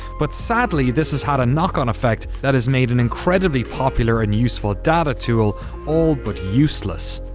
but sadly this has had a knock-on effect that has made an incredibly popular and useful data tool all but useless.